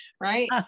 right